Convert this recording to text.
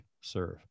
serve